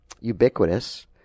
ubiquitous